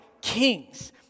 kings